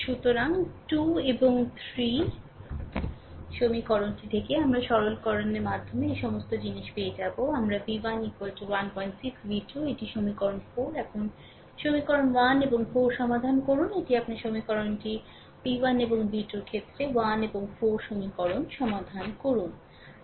সুতরাং 2 এবং 3 সমীকরণটি থেকে আমরা সরলকরণের মাধ্যমে এই সমস্ত জিনিস পেয়ে যাব আমরাv1 16v2 এটি সমীকরণ 4 এখন সমীকরণ 1 এবং 4 সমাধান করুন এটি আপনার সমীকরণটিv1 এবংv2 এর ক্ষেত্রে 1 এবং 4 সমীকরণ সমাধান করুন